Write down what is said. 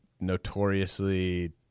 notoriously